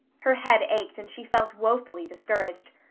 her head ached and she felt woefully discouraged.